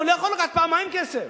הוא לא יכול לקחת פעמיים כסף.